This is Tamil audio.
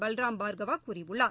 பல்ராம் பார்கவாகூறியுள்ளார்